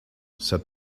said